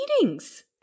meetings